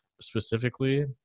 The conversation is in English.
specifically